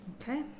Okay